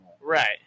right